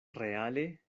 reale